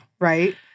Right